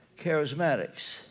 charismatics